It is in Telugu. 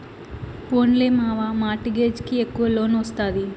పోన్లే మావా, మార్ట్ గేజ్ కి ఎక్కవ లోన్ ఒస్తాది